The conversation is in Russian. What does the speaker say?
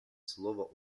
слово